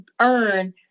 earn